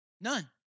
None